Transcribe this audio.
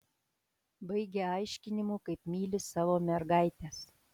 baigia aiškinimu kaip myli savo mergaites